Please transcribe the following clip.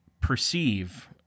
perceive